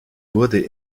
wurde